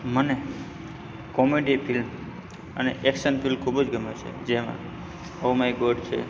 મને comedy film અને action film ખૂબ જ ગમે છે જ્યાં ઓ માય ગોડ છે